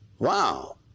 Wow